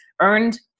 earned